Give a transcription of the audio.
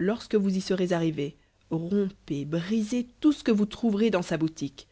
lorsque vous y serez arrivés rompez brisez tout ce que vous trouverez dans sa boutique